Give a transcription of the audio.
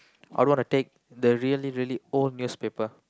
I would want to take the really really old newspaper